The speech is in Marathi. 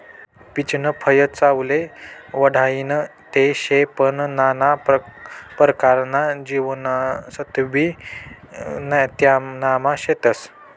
पीचनं फय चवले बढाईनं ते शे पन नाना परकारना जीवनसत्वबी त्यानामा शेतस